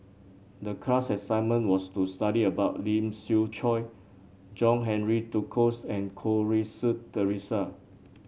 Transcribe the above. the class assignment was to study about Lee Siew Choh John Henry Duclos and Goh Rui Si Theresa